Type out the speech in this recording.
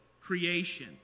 creation